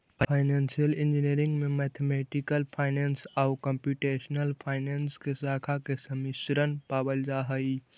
financial engineering में mathematical finance आउ computational finance के शाखा के सम्मिश्रण पावल जा हई